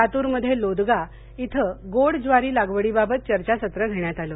लातूरमध्ये लोदगा इथं गोड ज्वारी लागवडीबाबत चर्चासत्र घेण्यात आलं